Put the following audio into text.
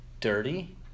dirty